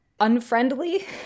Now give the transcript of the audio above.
unfriendly